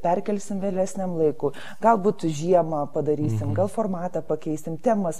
perkelsim vėlesniam laikui galbūt žiemą padarysim gal formatą pakeisim temas